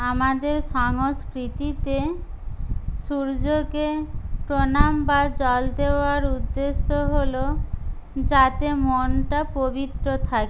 আমাদের সংস্কৃতিতে সূর্যকে প্রণাম বা জল দেওয়ার উদ্দেশ্য হল যাতে মনটা পবিত্র থাকে